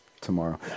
tomorrow